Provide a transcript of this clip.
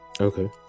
Okay